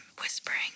whispering